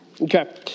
Okay